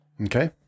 Okay